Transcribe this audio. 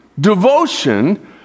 devotion